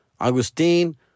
Augustine